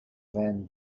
van